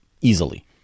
Easily